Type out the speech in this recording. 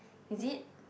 is it